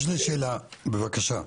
יש לי שאלה, בבקשה,